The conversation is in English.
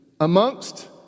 amongst